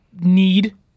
need